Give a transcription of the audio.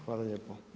Hvala lijepo.